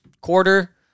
quarter